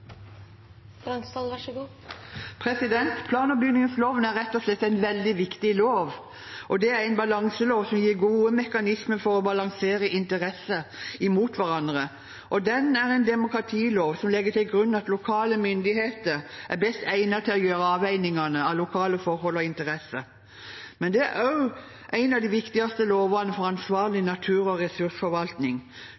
rett og slett en veldig viktig lov. Det er en balanselov som gir gode mekanismer for å balansere interesser mot hverandre, og det er en demokratilov som legger til grunn at lokale myndigheter er best egnet til å gjøre avveiningene med tanke på lokale forhold og interesser, men det er også en av de viktigste lovene for ansvarlig